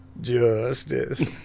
justice